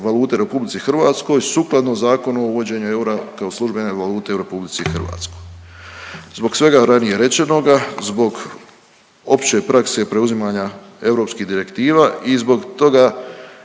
valute u RH, sukladno Zakonu o uvođenju eura kao službene valute u RH. Zbog svega ranije rečeno, zbog opće prakse preuzimanja EU direktiva i zbog toga